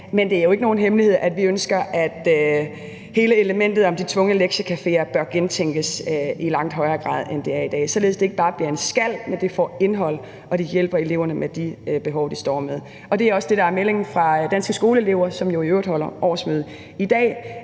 Men det er ikke nogen hemmelighed, at vi ønsker, at hele elementet om de tvungne lektiecaféer bør gentænkes i langt højere grad, end det gøres i dag, således at det ikke bare bliver en skal, men får indhold og hjælper eleverne med de behov, de står med. Det er også det, der er meldingen fra Danske Skoleelever, som i øvrigt holder årsmøde i dag,